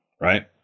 right